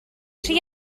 rhy